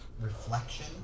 reflection